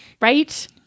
Right